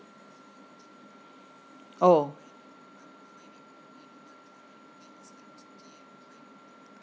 oh